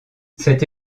cette